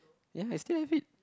ya I still have it